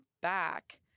back